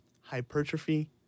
hypertrophy